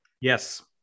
Yes